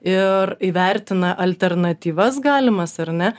ir įvertina alternatyvas galimas ar ne